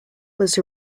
was